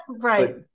Right